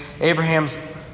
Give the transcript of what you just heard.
Abraham's